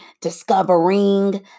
discovering